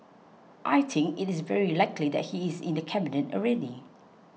I think it is very likely that he is in the cabinet already